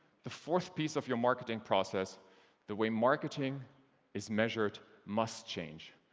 the fourth piece of your marketing process the way marketing is measured must change.